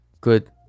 good